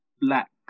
black